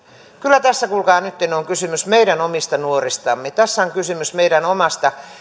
kyllä tässä kuulkaa nytten on kysymys meidän omista nuoristamme tässä on kysymys meidän omasta